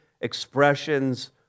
expressions